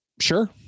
sure